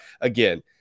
again